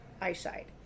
eyesight